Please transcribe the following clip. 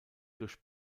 durch